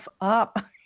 up